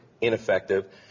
ineffective